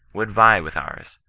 would vie with ours,